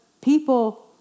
people